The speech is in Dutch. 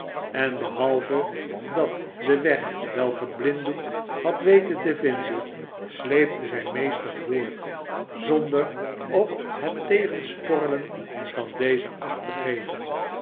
en behalve dat den weg wel geblinddoekt had weten te vinden sleepte zijn meester voort zonder op het tegensporrelen van dezen acht te geven